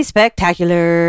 Spectacular